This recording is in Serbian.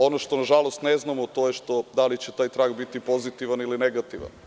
Ono što na žalost ne znamo to je da li će taj trag biti pozitivan ili negativa.